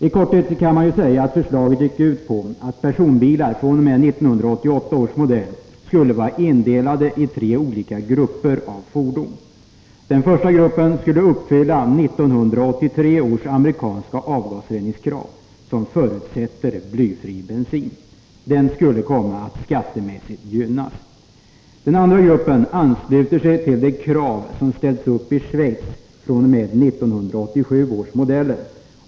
I korthet kan man säga att förslaget går ut på att personbilar fr.o.m. 1988 års modeller skall vara indelade i tre olika grupper av fordon. Den första gruppen skall uppfylla 1983 års amerikanska krav på avgasrening, vilket förutsätter blyfri bensin. Denna grupp skulle skattemässigt komma att gynnas. Den andra gruppen ansluter sig till de krav som ställs upp i Schweiz, fr.o.m. 1987 års modeller.